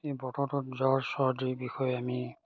এই বতৰটোত জ্বৰ চৰ্দিৰ বিষয়ে আমি